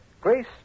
Grace